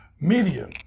Media